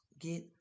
Get